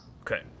Okay